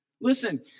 Listen